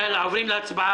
יאללה, עוברים להצבעה.